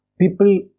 people